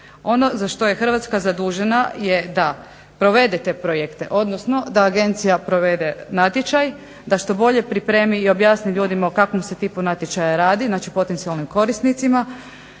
Ono za što je Hrvatska zadužena je da provede te projekte, odnosno da agencija provede natječaj, da što bolje pripremi i objasni ljudima o kakvom se tipu natječaja radi, znači potencijalnim korisnicima